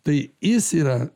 tai jis yra